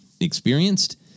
experienced